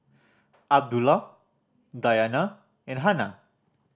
Abdullah Dayana and Hana